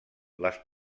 les